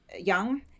young